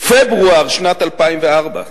פברואר שנת 2004,